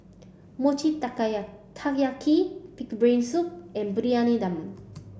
Mochi Taiyaki pig's brain soup and Briyani Dum